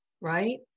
right